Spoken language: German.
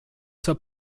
zur